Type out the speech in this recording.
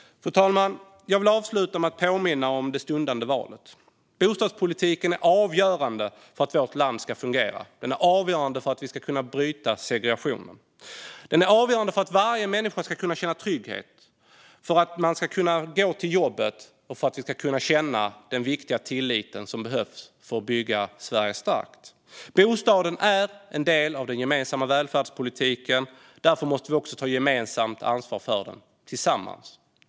Fru talman! Jag avslutar med att påminna om det stundande valet. Bostadspolitiken är avgörande för att vårt land ska fungera, för att vi ska kunna bryta segregationen och för att varje människa ska kunna känna trygghet, kunna gå till jobbet och kunna känna den viktiga tillit som behövs för att kunna bygga Sverige starkt. Bostaden är en del av den gemensamma välfärdspolitiken, och därför måste vi tillsammans ta gemensamt ansvar för den.